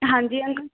ਹਾਂਜੀ ਅੰਕਲ